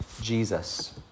Jesus